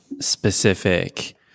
specific